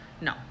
No